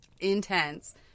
intense